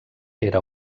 era